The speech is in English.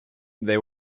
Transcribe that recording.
they